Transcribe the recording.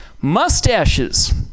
Mustaches